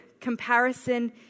comparison